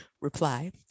reply